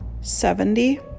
seventy